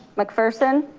mcpherson,